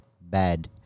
bad